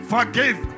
Forgive